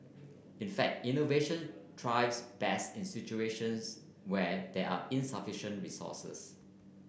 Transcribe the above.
in fact innovation thrives best in situations where there are insufficient resources